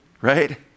right